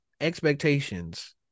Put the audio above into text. expectations